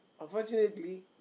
Unfortunately